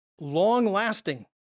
long-lasting